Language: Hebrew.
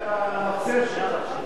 זה הסיר והמכסה שלו.